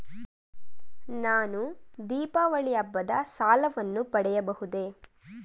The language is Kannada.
ನಾನು ದೀಪಾವಳಿ ಹಬ್ಬದ ಸಾಲವನ್ನು ಪಡೆಯಬಹುದೇ?